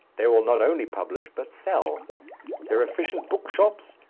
they will not only publish, but sell their efficient book-shops,